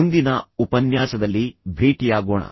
ಮುಂದಿನ ಉಪನ್ಯಾಸದಲ್ಲಿ ಭೇಟಿಯಾಗೋಣ